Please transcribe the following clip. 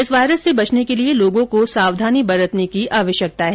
इस वायरस से बचने के लिए लोगों को सावधानी बरतने की आवश्यकता है